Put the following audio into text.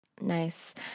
Nice